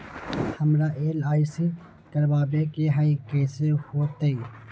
हमरा एल.आई.सी करवावे के हई कैसे होतई?